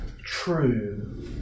true